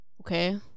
okay